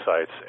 sites